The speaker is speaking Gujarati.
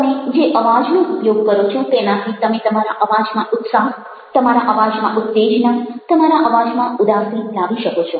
તમે જે અવાજનો ઉપયોગ કરો છો તેનાથી તમે તમારા અવાજમાં ઉત્સાહ તમારા અવાજમાં ઉત્તેજના તમારા અવાજમાં ઉદાસી લાવી શકો છો